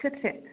सेरसे